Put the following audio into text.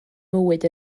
mywyd